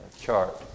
chart